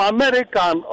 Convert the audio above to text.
American